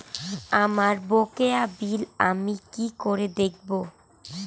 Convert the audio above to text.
আমার বকেয়া বিল আমি কি করে দেখব?